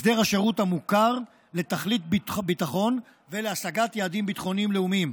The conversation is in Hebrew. הסדר השירות המוכר לתכלית ביטחון ולהשגת יעדים ביטחוניים לאומיים.